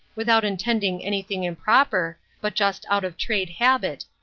without intending anything improper, but just out of trade habit,